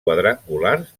quadrangulars